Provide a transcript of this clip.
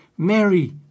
Mary